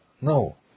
No